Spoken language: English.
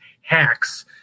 Hacks